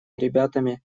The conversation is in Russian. ребятами